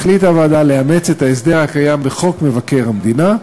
החליטה הוועדה לאמץ את ההסדר הקיים בחוק מבקר המדינה,